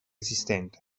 esistente